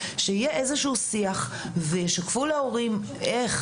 שיהיה איזשהו שיח וישקפו להורים איך